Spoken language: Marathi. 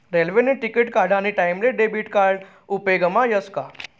रेल्वेने तिकिट काढानी टाईमले डेबिट कार्ड उपेगमा यस का